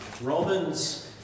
Romans